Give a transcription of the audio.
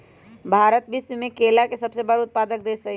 भारत विश्व में केला के सबसे बड़ उत्पादक देश हई